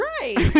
right